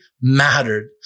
mattered